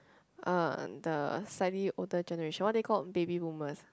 uh the slightly older generation what are they called baby boomers